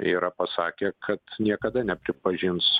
yra pasakę kad niekada nepripažins